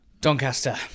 Doncaster